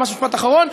ממש משפט אחרון,